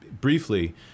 briefly